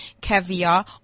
caviar